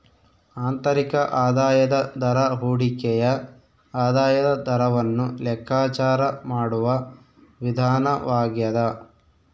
ಆಂತರಿಕ ಆದಾಯದ ದರ ಹೂಡಿಕೆಯ ಆದಾಯದ ದರವನ್ನು ಲೆಕ್ಕಾಚಾರ ಮಾಡುವ ವಿಧಾನವಾಗ್ಯದ